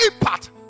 impact